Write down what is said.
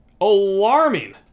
alarming